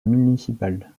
municipal